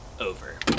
over